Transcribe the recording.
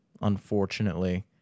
unfortunately